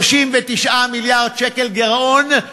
39 מיליארד שקל גירעון,